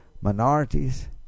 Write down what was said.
minorities